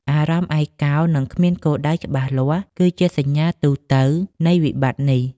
អារម្មណ៍ឯកោ និងគ្មានគោលដៅច្បាស់លាស់ គឺជាសញ្ញាទូទៅនៃវិបត្តិនេះ។